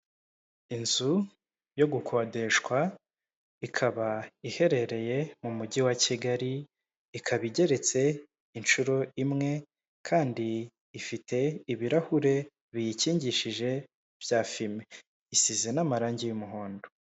Inzu yo gukodeshwa ikaba iherereye mu mujyi wa Kigali, ikaba igeretse inshuro imwe kandi ifite ibirahure biyikingishije bya fime, isize n'amarangi y'umuhondo.